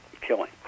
killing